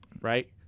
right